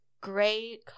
gray